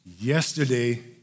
yesterday